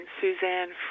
Suzanne